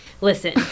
Listen